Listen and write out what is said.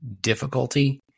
difficulty